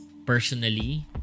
Personally